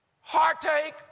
heartache